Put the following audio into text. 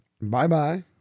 Bye-bye